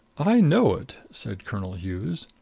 i know it, said colonel hughes,